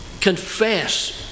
confess